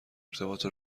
ارتباط